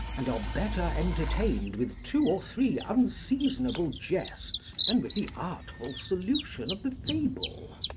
and are better entertained with two or three unseasonable jests than with the artful solution of the fable.